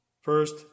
first